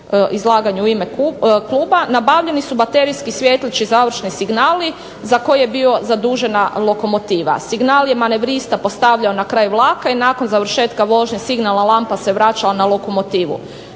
izlaganju u ime kluba, nabavljeni su baterijski svjetleći završni signali za koje je bio zadužena lokomotiva. Signal je manevrista postavljao na kraj vlaka i nakon završetka vožnje signalna lampa se vraća na lokomotivu.